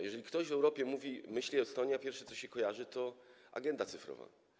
Jeżeli ktoś w Europie mówi, myśli: Estonia, to pierwsze, co się kojarzy, to agenda cyfrowa.